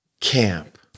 Camp